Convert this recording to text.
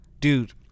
dude